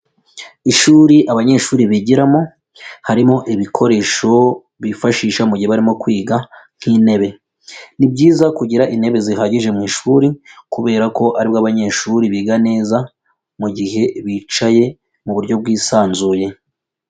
Ishuri abanyeshuri bigiramo, harimo ibikoresho bifashisha mu gihe barimo kwiga nk'intebe, ni byiza kugira intebe zihagije mu ishuri kubera ko aribwo abanyeshuri biga neza, mu gihe bicaye mu buryo bwisanzuye.